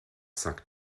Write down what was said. sagt